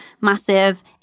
massive